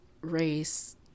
race